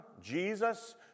Jesus